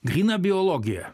gryna biologija